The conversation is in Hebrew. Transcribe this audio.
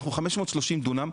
אנחנו 530 דונם,